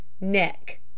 neck